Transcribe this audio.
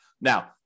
Now